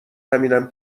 همینم